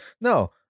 No